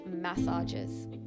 massages